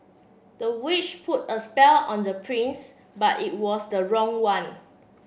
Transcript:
the witch put a spell on the prince but it was the wrong one